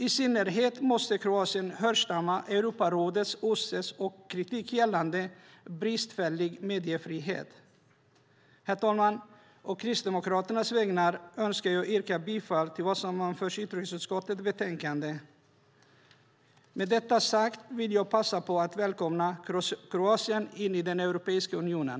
I synnerhet måste Kroatien hörsamma Europarådets och OSSE:s kritik gällande bristfällig mediefrihet. Herr talman! Å Kristdemokraternas vägnar önskar jag yrka bifall till vad som anförs i utrikesutskottets betänkande. Med detta sagt vill jag passa på att välkomna Kroatien in i den Europeiska unionen!